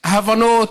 להבנות,